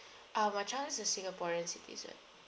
ah my child is a singaporean citizen